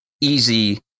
easy